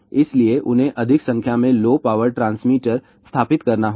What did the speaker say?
इसलिए उन्हें अधिक संख्या में लो पावर ट्रांसमीटर स्थापित करना होगा